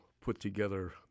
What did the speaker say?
put-together